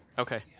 okay